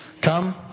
Come